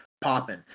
popping